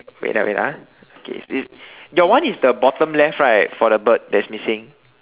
wait ah wait ah okay your one is the bottom right for the bird that's missing